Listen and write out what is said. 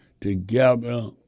together